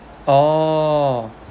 oh